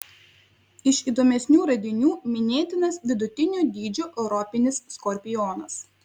iš įdomesnių radinių minėtinas vidutinio dydžio europinis skorpionas